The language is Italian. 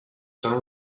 sono